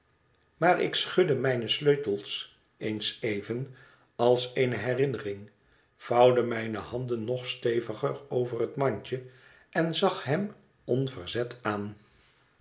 maar ik schudde mijne sleutels eens even als eene herinnering vouwde mijne handen nog steviger over het mandje en zag hem onverzet aan